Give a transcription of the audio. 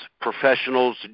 professionals